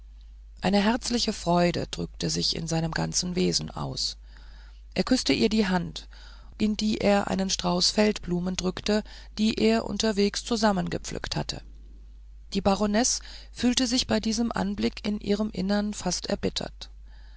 eine herzliche freude drückte sich in seinem ganzen wesen aus er küßte ihr die hand in die er einen strauß feldblumen drückte die er unterwegs zusammengepflückt hatte die baronesse fühlte sich bei diesem anblick in ihrem innern fast erbittert